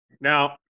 Now